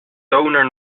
toner